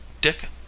dick